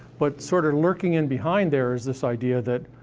but sort of lurking in behind there is this idea that,